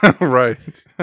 right